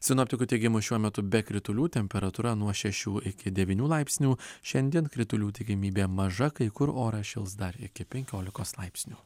sinoptikų teigimu šiuo metu be kritulių temperatūra nuo šešių iki devynių laipsnių šiandien kritulių tikimybė maža kai kur oras šils dar iki penkiolikos laipsnių